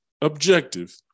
objective